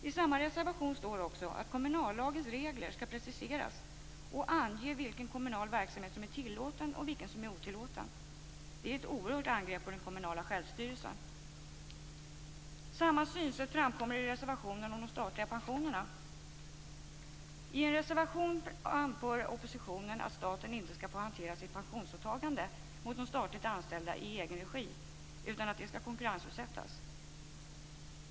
I samma reservation står också att kommunallagens regler skall preciseras och ange vilken kommunal verksamhet som är tillåten och vilken som är otillåten. Det är ett oerhört angrepp på den kommunala självstyrelsen. Samma synsätt framkommer i reservationen om de statliga pensionerna. I en reservation anför oppositionen att staten inte skall få hantera sitt pensionsåtagande mot de statligt anställda i egen regi utan att det skall konkurrensutsättas.